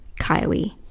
Kylie